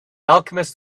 alchemist